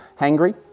hangry